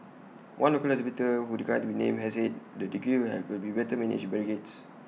one local exhibitor who declined to be named said the queue could be better managed with barricades